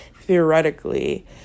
theoretically